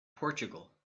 portugal